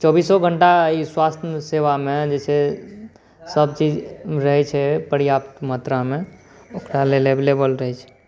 चौबीसो घंटा प्राथमिक सेवामे जे छै सब चीज रहै छै पर्याप्त मात्रामे ओकरा लै लय एभ्लेबुल रहै छै